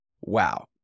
wow